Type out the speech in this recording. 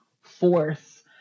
force